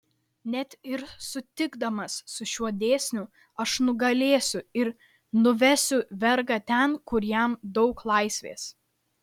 net ir sutikdamas su šiuo dėsniu aš nugalėsiu ir nuvesiu vergą ten kur jam daug laisvės